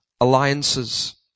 Alliances